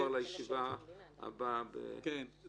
בוקר טוב לחברי חבר הכנסת בצלאל סמוטריץ',